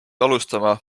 alustama